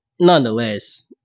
nonetheless